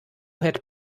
had